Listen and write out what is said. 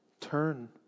Turn